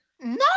No